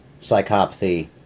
psychopathy